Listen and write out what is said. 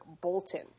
Bolton